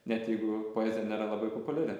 net jeigu poezija ir nėra labai populiari